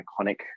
iconic